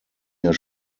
jahr